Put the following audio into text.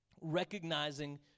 recognizing